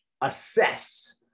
assess